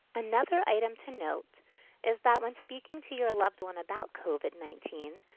another item to note is that when speaking to your loved one about covid nineteen,